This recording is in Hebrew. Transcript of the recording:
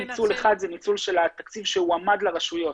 ניצול אחד זה ניצול של התקציב שהועמד לרשויות,